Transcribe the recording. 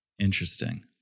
Interesting